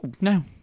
No